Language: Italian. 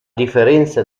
differenza